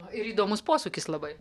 ir įdomus posūkis labai